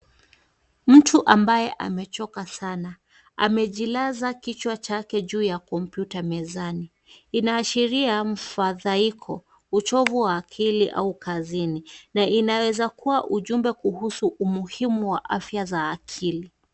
Mtu ambaye amechoka sana, amejilaza kichwa chake juu ya kompyuta mezani, inaashiria mfadhaiko, uchovu wa akili, au kazini, na inaweza kuwa ujumbe kuhusu umuhimu wa afya za akili.